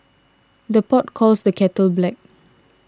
the pot calls the kettle black